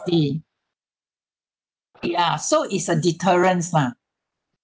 ya so is a deterrents lah